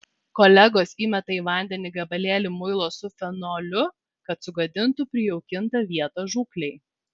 kolegos įmeta į vandenį gabalėlį muilo su fenoliu kad sugadintų prijaukintą vietą žūklei